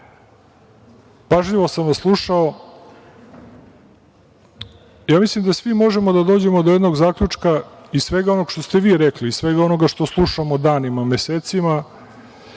traje. Pažljivo sam vas slušao, mislim da svi možemo da dođemo do jednog zaključka iz svega onoga što ste vi rekli, iz svega ono što slušamo danima, mesecima,